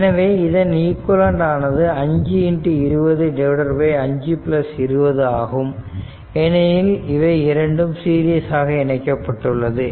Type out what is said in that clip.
எனவே இதன் ஈக்விவலெண்ட் ஆனது 5 20 5 20 ஆகும் ஏனெனில் இவை இரண்டும் சீரியஸ் ஆக இணைக்கப்பட்டுள்ளது